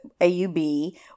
AUB